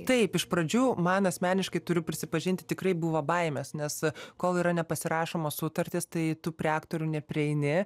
taip iš pradžių man asmeniškai turiu prisipažinti tikrai buvo baimės nes kol yra nepasirašomos sutartys tai tu prie aktorių neprieini